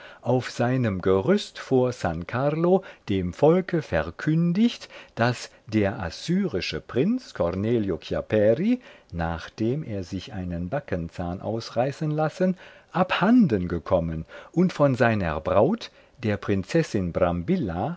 auf seinem gerüst vor s carlo dem volke verkündigt daß der assyrische prinz cornelio chiapperi nachdem er sich einen backzahn ausreißen lassen abhanden gekommen und von seiner braut der prinzessin